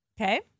Okay